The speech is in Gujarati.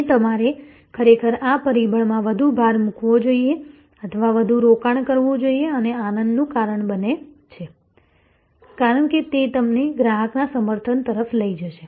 અને તમારે ખરેખર આ પરિબળમાં વધુ ભાર મૂકવો જોઈએ અથવા વધુ રોકાણ કરવું જોઈએ જે આનંદનું કારણ બને છે કારણ કે તે તમને ગ્રાહકના સમર્થન તરફ લઈ જશે